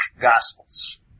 Gospels